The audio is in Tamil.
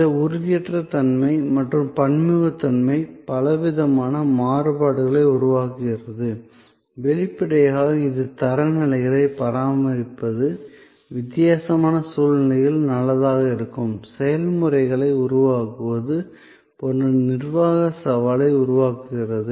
இந்த உறுதியற்ற தன்மை மற்றும் பன்முகத்தன்மை பலவிதமான மாறுபாடுகளை உருவாக்குகிறது வெளிப்படையாக இது தரநிலைகளைப் பராமரிப்பது வித்தியாசமான சூழ்நிலைகளில் நல்லதாக இருக்கும் செயல்முறைகளை உருவாக்குவது போன்ற நிர்வாகச் சவாலை உருவாக்குகிறது